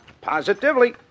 Positively